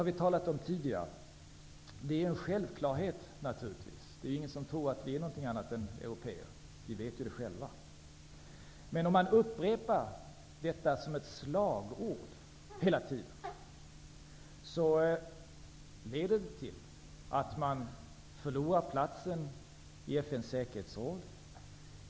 Det är naturligtvis en självklarhet. Det är ingen som tror att vi är någonting annat än européer. Vi vet ju det själva. Men om man upprepar detta som ett slagord hela tiden, leder det till att man förlorar platsen i FN:s säkerhetsråd.